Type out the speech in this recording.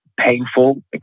painful